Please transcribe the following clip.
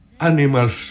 animals